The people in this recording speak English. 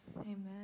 Amen